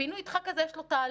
הפינוי דחק הזה, יש לו תהליך.